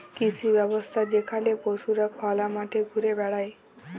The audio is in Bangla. কৃষি ব্যবস্থা যেখালে পশুরা খলা মাঠে ঘুরে বেড়ায়